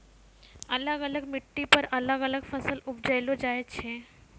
अलग अलग मिट्टी पर अलग अलग फसल उपजैलो जाय छै